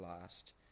last